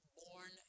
born